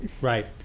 Right